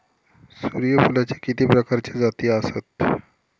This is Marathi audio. सूर्यफूलाचे किती प्रकारचे जाती आसत?